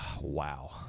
wow